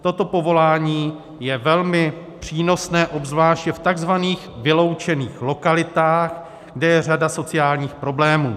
Toto povolání je velmi přínosné, obzvláště v tzv. vyloučených lokalitách, kde je řada sociálních problémů.